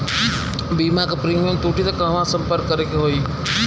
बीमा क प्रीमियम टूटी त कहवा सम्पर्क करें के होई?